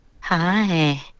Hi